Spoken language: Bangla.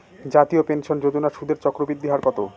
জাতীয় পেনশন যোজনার সুদের চক্রবৃদ্ধি হার কত?